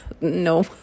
no